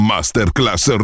Masterclass